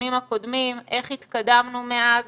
לדיונים הקודמים, איך התקדמנו מאז